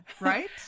right